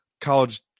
College